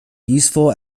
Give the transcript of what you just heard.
useful